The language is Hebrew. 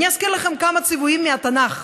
אני אזכיר לכם כמה ציוויים מהתנ"ך,